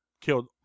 killed